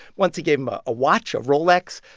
once he gave him ah a watch, a rolex.